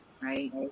right